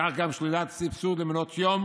כך גם שלילת סבסוד למעונות יום